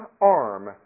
arm